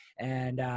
and,